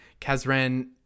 Kazran